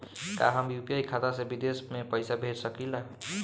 का हम यू.पी.आई खाता से विदेश म पईसा भेज सकिला?